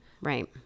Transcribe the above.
right